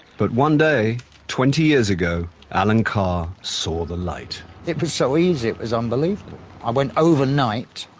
but one day twenty years ago, allen carr saw the light. it was so easy it was unbelievable i went over night,